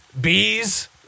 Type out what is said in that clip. bees